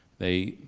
they,